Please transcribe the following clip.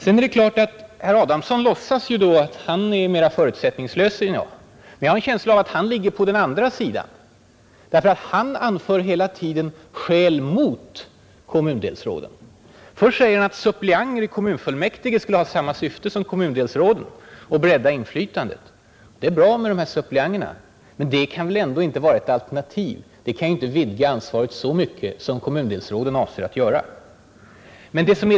Sedan är det tydligt att inte heller herr Adamsson är förutsättningslös; jag har en känsla av att han står på den andra sidan, eftersom han hela tiden anför skäl mot kommundelsråden. Först säger han att suppleanter i kommunfullmäktige skulle ha samma syfte som kommundelsråden och skulle bredda inflytandet. Det är bra med de här suppleanterna, men det kan väl ändå inte vara ett alternativ till kommundelsråden. De kan inte vidga ansvaret så mycket som avsikten är med kommundelsråden.